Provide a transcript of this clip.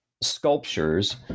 sculptures